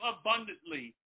abundantly